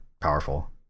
powerful